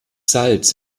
salz